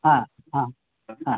হ্যাঁ হ্যাঁ হ্যাঁ